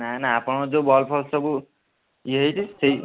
ନା ନା ଆପଣଙ୍କର ଯୋଉ ବଲ୍ଫଲ୍ ସବୁ ଇଏ ହେଇଛି ସେଇ